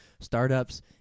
startups